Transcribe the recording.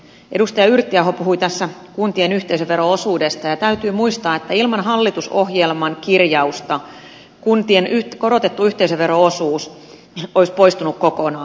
edustaja yrttiaho puhui tässä kuntien yhteisövero osuudesta ja täytyy muistaa että ilman hallitusohjelman kirjausta kuntien korotettu yhteisövero osuus olisi poistunut kokonaan